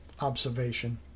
observation